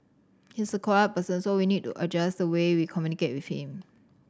he's a quiet person so we need to adjust the way we communicate with him